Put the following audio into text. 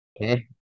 okay